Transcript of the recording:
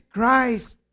Christ